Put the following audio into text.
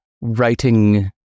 writing